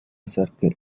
circle